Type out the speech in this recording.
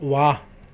वाह